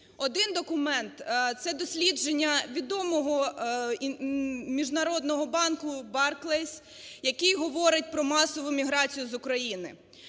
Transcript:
Один документ – це дослідження відомого міжнародного банку Barclays, який говорить про масову міграцію з України.